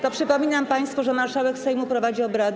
To przypominam państwu, że marszałek Sejmu prowadzi obrady.